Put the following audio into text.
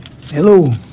hello